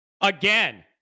again